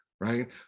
right